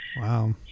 Wow